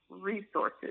resources